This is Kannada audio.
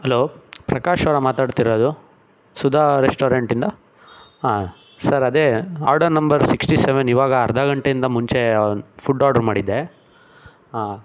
ಹಲೋ ಪ್ರಕಾಶ್ ಅವರಾ ಮಾತಾಡ್ತಿರೋದು ಸುಧಾ ರೆಸ್ಟೋರೆಂಟಿಂದ ಹಾಂ ಸರ್ ಅದೇ ಆರ್ಡರ್ ನಂಬರ್ ಸಿಕ್ಸ್ಟಿ ಸವೆನ್ ಇವಾಗ ಅರ್ಧ ಗಂಟೆಯಿಂದ ಮುಂಚೆ ಫುಡ್ ಆರ್ಡ್ರು ಮಾಡಿದ್ದೆ ಆಂ